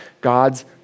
God's